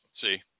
See